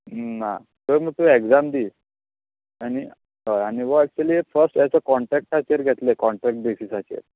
ना तरी तूं एग्जाम दी आनी हय आनी वो एक्चूली फस्ट एज अ काँट्रेक्टाचेर घेतले काँट्रॅक्ट बेजिसाचेर